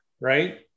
Right